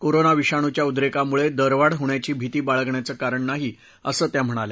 corona विषाणूच्या उद्रेकामुळे दरवाढ होण्याची भिती बाळगण्याचं कारण नाही असं त्या म्हणाल्या